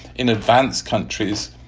in advanced countries,